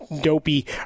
dopey